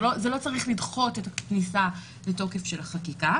זה לא צריך לדחות את הכניסה לתוקף של החקיקה.